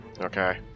Okay